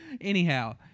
anyhow